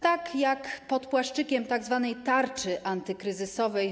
Tak jak pod płaszczykiem tzw. tarczy antykryzysowej.